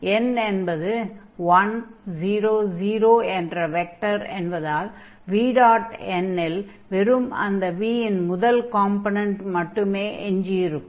n என்பது 1 0 0 என்ற vector என்பதால் vn ல் வெறும் அந்த v ன் முதல் காம்பொனென்ட் v1 மட்டுமே எஞ்சியிருக்கும்